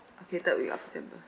okay third week of september